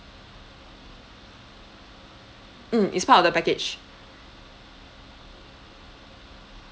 mm it's part of the package